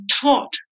taught